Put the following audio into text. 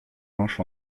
manches